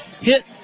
Hit